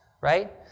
right